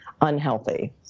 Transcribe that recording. unhealthy